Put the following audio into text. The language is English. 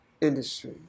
industry